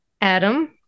Adam